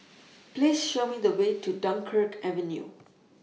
Please Show Me The Way to Dunkirk Avenue